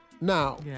Now